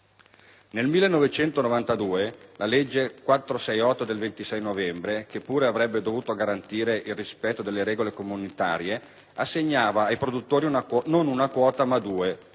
1991-1992. La legge n. 468 del 26 novembre 1992, che pure avrebbe dovuto garantire il rispetto delle regole comunitarie, assegnava ai produttori non una quota, ma due: la quota